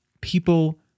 people